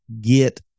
Get